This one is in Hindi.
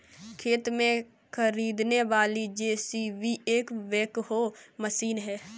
खेत में दिखने वाली जे.सी.बी एक बैकहो मशीन है